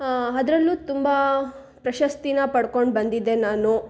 ಆಂ ಅದ್ರಲ್ಲೂ ತುಂಬ ಪ್ರಶಸ್ತಿ ಪಡ್ಕೊಂಡು ಬಂದಿದ್ದೆ ನಾನು